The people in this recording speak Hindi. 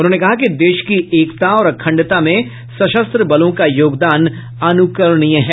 उन्होंने कहा कि देश की एकता और अखंडता में सशस्त्र बलों का योगदान अनुकरणीय है